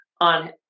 on